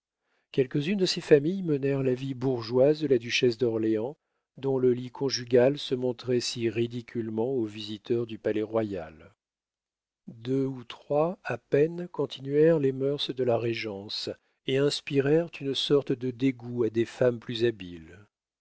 quelques-unes de ces familles menèrent la vie bourgeoise de la duchesse d'orléans dont le lit conjugal se montrait si ridiculement aux visiteurs du palais-royal deux ou trois à peine continuèrent les mœurs de la régence et inspirèrent une sorte de dégoût à des femmes plus habiles